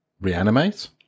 Reanimate